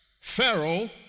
Pharaoh